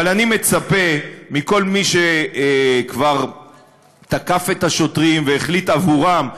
אבל אני מצפה מכל מי שכבר תקף את השוטרים והחליט לגביהם,